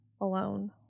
alone